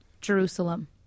Jerusalem